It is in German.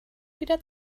wieder